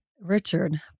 Richard